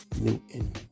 Newton